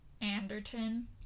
anderton